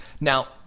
Now